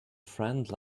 friend